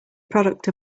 product